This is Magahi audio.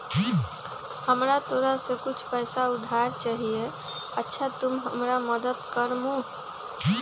हमरा तोरा से कुछ पैसा उधार चहिए, अच्छा तूम हमरा मदद कर मूह?